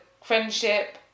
friendship